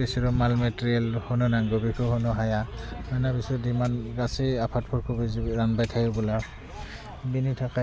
बिसोरो माल मेटेरियेल हनो नांगौ बेखौ हनो हाया होनो बिसोर दिमान्ड गासै आफादफोरखौबो जिबो रां बाथायोब्ला बेनि थाखाय